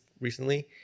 recently